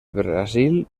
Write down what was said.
brasil